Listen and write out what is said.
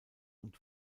und